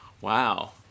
Wow